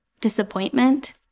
disappointment